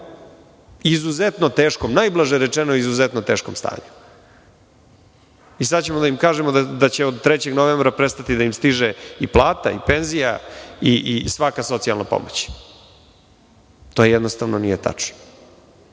ljude koji žive u jednom izuzetno teškom stanju i sada ćemo da im kažemo da će od 3. novembra prestati da im stižu i plate i penzije i svaka socijalna pomoć. To jednostavno nije tačno.